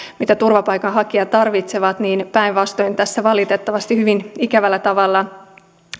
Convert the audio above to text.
mitä turvapaikanhakijat tarvitsevat päinvastoin tässä valitettavasti hyvin ikävällä tavalla